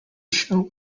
show